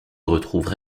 retrouvent